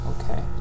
Okay